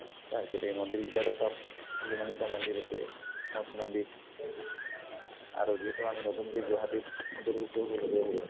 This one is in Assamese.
তাৰপিছত এই মন্দিৰকেইটাতো চব যিমানকেইটা মন্দিৰ আছে মঠ মন্দিৰ আৰু যিহেতু আমি নতুনকৈ গুৱাহাটীত অন্তৰ্ভুক্ত